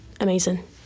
amazing